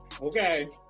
okay